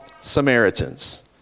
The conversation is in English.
Samaritans